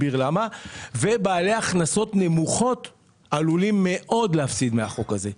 ובעלי הכנסות נמוכות עלולים להפסיד מאוד מהחוק הזה.